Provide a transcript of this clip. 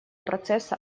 процесса